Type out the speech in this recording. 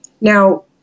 Now